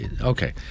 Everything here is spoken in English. okay